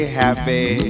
happy